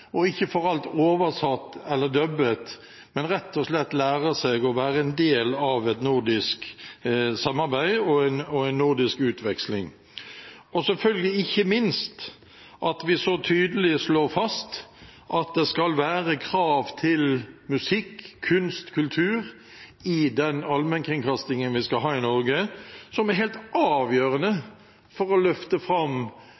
og ikke får alt oversatt eller dubbet, men rett og slett lærer seg å være en del av et nordisk samarbeid og en nordisk utveksling. Og så føler vi ikke minst at vi så tydelig slår fast at det skal være krav til musikk, kunst, kultur i den allmennkringkastingen vi skal ha i Norge, som er helt